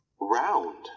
round